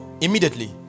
immediately